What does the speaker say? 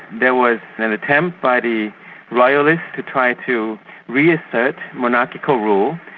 there was an attempt by the royalists to try to re-assert monarchical rule,